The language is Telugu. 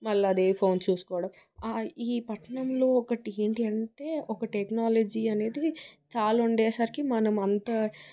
మళ్ళీ అదే ఫోన్ చూసుకోవడం ఈ పట్నంలో ఒకటి ఏంటి అంటే ఒక టెక్నాలజీ అనేది చాలా ఉండేసరికి మనమంతా